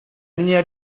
niña